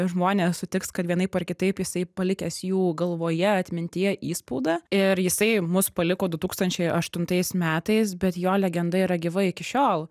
žmonės sutiks kad vienaip ar kitaip jisai palikęs jų galvoje atmintyje įspaudą ir jisai mus paliko du tūkstančiai aštuntais metais bet jo legenda yra gyva iki šiol